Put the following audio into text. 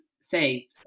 say